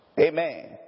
Amen